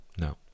no